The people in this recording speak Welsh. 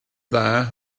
dda